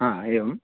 एवं